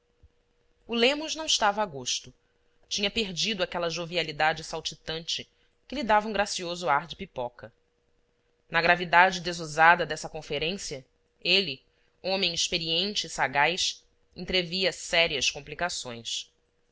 o lemos não estava a gosto tinha perdido aquela jovialidade saltitante que lhe dava um gracioso ar de pipoca na gravidade desusada dessa conferência ele homem experiente e sagaz entrevia sérias complicações